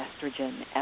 estrogen